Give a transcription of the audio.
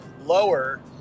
lower